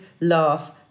laugh